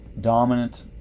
dominant